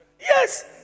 Yes